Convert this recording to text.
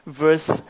verse